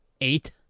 Eight